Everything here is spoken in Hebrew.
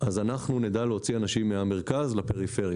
אנחנו נדע להוציא אנשים מהמרכז לפריפריה.